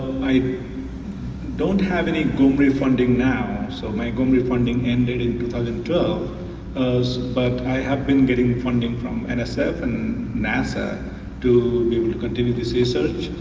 i don't have any gomri funding now, so my gomri funding ended in two thousand twelve, but i have been getting funding from and so nsf and nasa to be able to continue this research.